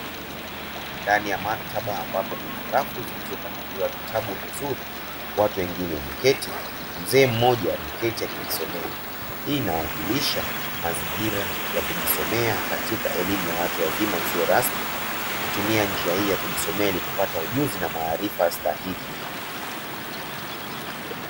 Ndani ya maktaba, ambapo kuna rafu zilizopangiliwa vitabu vizuri, watu wengine wameketi, mzee mmoja ameketi akijisomea. Hii inawakilisha mazingira ya kujisomea katika elimu ya watu wazima isiyo rasmi, ikutumia njia hii ya kujisomea ni kupata ujuzi na maarifa stahiki.